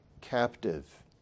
captive